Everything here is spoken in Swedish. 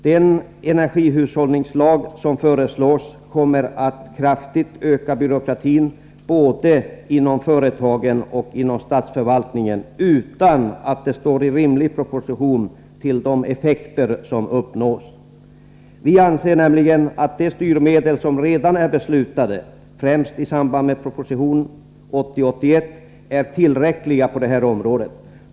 Den energihushållningslag som föreslås kommer att kraftigt öka byråkratin både inom företagen och inom statsförvaltningen utan att det står i rimlig proportion till de effekter som uppnås. Vi anser nämligen att de styrmedel som redan är beslutade, främst i samband med behandlingen av proposition 1980/81:90, är tillräckliga på det här området.